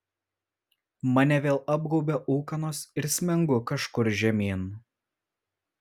mane vėl apgaubia ūkanos ir smengu kažkur žemyn